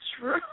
true